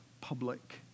public